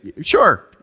Sure